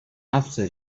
after